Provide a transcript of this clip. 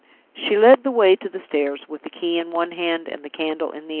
she led the way to the stairs, with the key in one hand, and the candle in the other.